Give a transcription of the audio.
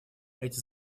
эти